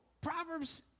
Proverbs